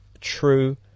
true